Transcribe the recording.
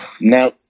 Now